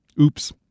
Oops